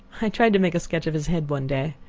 i tried to make a sketch of his head one day,